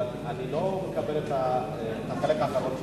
אבל אני לא מקבל את החלק האחרון שלך.